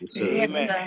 Amen